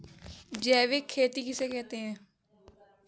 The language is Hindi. जैविक खेती किसे कहते हैं?